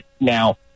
now